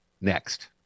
next